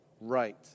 right